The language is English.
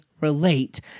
relate